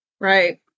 right